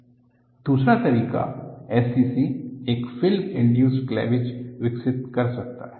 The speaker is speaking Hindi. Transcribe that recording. फिल्म इंडयूस्ड़ क्लैवेज दूसरा तरीका SCC एक फिल्म इंड्यूस्ड क्लैवज विकसित कर सकता है